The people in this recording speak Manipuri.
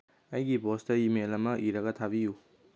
ꯑꯩꯒꯤ ꯕꯣꯁꯇ ꯏꯃꯦꯜ ꯑꯃ ꯏꯔꯒ ꯊꯥꯕꯤꯌꯨ